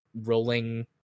rolling